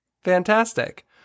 Fantastic